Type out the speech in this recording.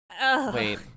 Wait